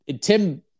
Tim